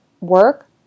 work